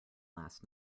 last